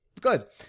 Good